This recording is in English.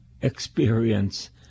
experience